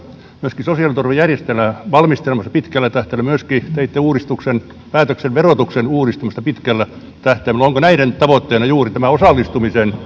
myöskin sosiaaliturvajärjestelmää valmistelemassa pitkällä tähtäimellä myöskin teitte päätöksen verotuksen uudistamisesta pitkällä tähtäimellä onko näiden tavoitteena juuri tämä osallistumisen